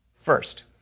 First